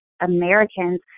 Americans